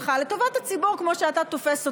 שלך לטובת הציבור כמו שאתה תופס אותו.